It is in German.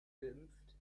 geimpft